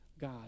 God